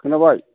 खोनाबाय